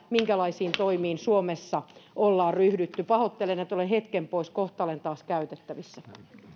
minkälaisiin toimiin suomessa on ryhdytty pahoittelen että olen hetken pois kohta olen taas käytettävissä